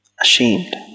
ashamed